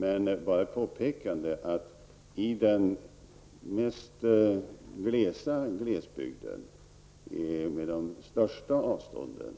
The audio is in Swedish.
Jag vill bara påpeka att i den mest öde glesbygden med de största avstånden